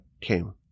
came